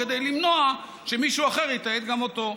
כדי למנוע שמישהו אחר יתעד אותו,